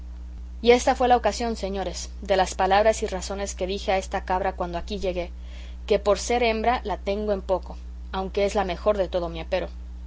y ésta fue la ocasión señores de las palabras y razones que dije a esta cabra cuando aquí llegué que por ser hembra la tengo en poco aunque es la mejor de todo mi apero